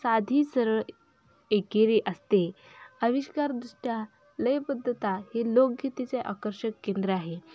साधी सरळ एकेरी असते आविष्कारदृष्ट्या लयबद्धता हे लोकगीतेचे आकर्षक केंद्र आहे